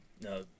No